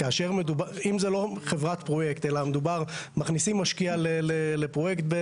שכאשר מדובר על הקצאה בחברת פרויקט,